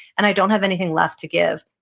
and i don't have anything left to give.